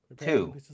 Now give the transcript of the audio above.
Two